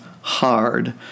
hard